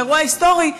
האירוע ההיסטורי,